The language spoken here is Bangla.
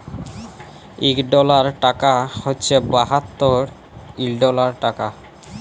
ইক ডলার টাকা হছে বাহাত্তর ইলডিয়াল টাকা